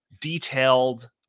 detailed